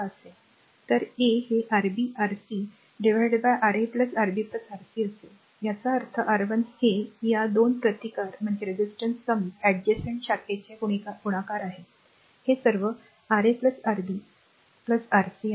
असेल तर a हे Rb Rc Ra Rb Rc असेल याचा अर्थ R1 हे या 2 प्रतिकार समीप शाखेचे गुणाकार आहे जे सर्व Ra Rb Rc